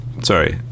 sorry